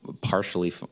partially